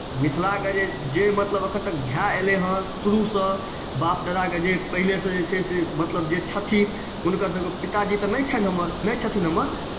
मिथिलाके जे जे मतलब एखन तक भए एलै हेँ शुरूसँ बाप दादाके जे पहिलेसँ जे छै से मतलब जे छथिन हुनकरसभके पिताजी तऽ नहि छथि हमर नहि छथिन हमर